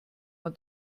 man